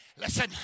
Listen